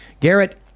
garrett